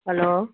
hello